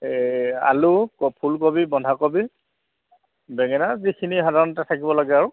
এই আলু ক ফুলকবি বন্ধাকবি বেঙেনা যিখিনি সাধাৰণতে থাকিব লাগে আৰু